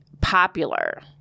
popular